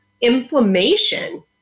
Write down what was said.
inflammation